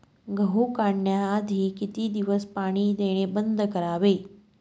गहू काढण्याआधी किती दिवस पाणी देणे बंद करावे?